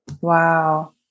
Wow